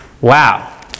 Wow